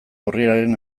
urriaren